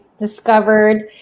discovered